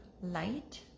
light